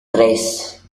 tres